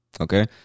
Okay